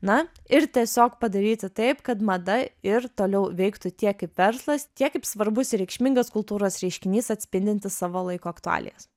na ir tiesiog padaryti taip kad mada ir toliau veiktų tiek kaip verslas tiek kaip svarbus ir reikšmingas kultūros reiškinys atspindintis savo laiko aktualijas